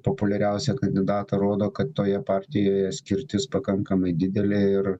populiariausią kandidatą rodo kad toje partijoje skirtis pakankamai didelė ir